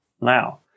Now